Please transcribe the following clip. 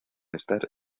estar